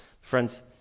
Friends